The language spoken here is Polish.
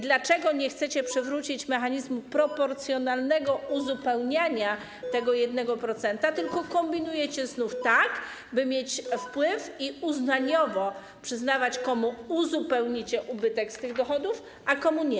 Dlaczego nie chcecie przywrócić mechanizmu proporcjonalnego uzupełniania tego 1%, tylko znów kombinujecie tak, by mieć wpływ i uznaniowo przyznawać, komu uzupełnicie ubytek z tych dochodów, a komu nie?